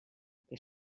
que